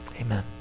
Amen